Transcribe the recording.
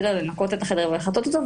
לנקות את החדר ולחטא אותו,